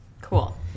Cool